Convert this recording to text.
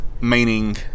meaning